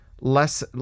less